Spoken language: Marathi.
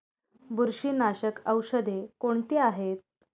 बुरशीनाशक औषधे कोणती आहेत?